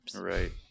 Right